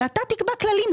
ואתה תקבע כללים.